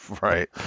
Right